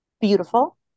beautiful